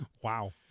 Wow